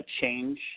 change